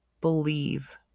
believe